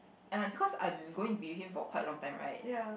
and because I'm going to be with him for quite long time right